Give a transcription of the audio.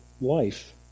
life